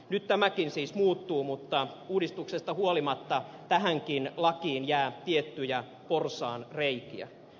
nyt tämäkin siis muuttuu mutta uudistuksesta huolimatta tähänkin lakiin jää tiettyjä porsaanreikiä